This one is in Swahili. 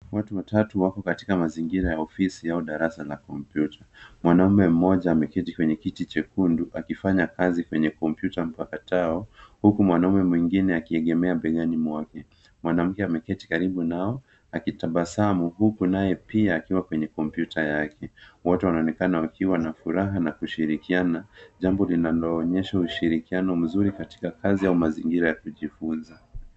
Watu watatu wako katika mazingira ya ofisi au darasa la kompyuta. Mwanaume mmoja ameketi kwenye kiti chekundu akifanya kazi kwenye kompyuta mpakatao huku mwanaume mwengine akiegemea begani mwake. Mwanamke ameketi karibu nao akitabasamu huku naye pia akiwa kwenye kompyuta yake. Wote wanaonekana wakiwa na furaha na kushirikiana jambo linaloonyesha ushirikiano mzuri katika kazi au mazingira ya kujifunza.